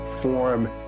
form